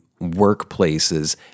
workplaces